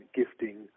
gifting